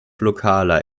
lokaler